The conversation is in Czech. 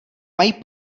mají